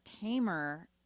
tamer